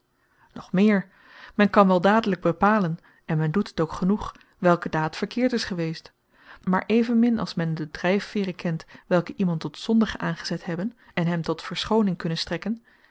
nog meer men kan wel dadelijk bepalen en men doet het ook genoeg welke daad verkeerd is geweest maar evenmin als men de drijfveeren kent welke iemand tot zondigen aangezet hebben en hem tot verschoning kunnen strekken